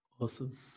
Awesome